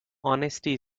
honesty